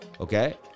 okay